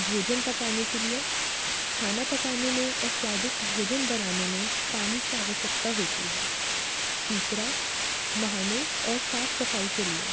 भोजन पकाने के लिए खाना पकाने में और स्वादिष्ट भोजन बनाने में पानी की आवश्यकता होती है तीसरा नहाने और साफ़ सफाई के लिए